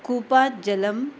कूपात् जलम्